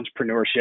entrepreneurship